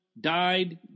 died